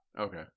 Okay